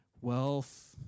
wealth